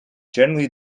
generally